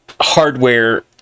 hardware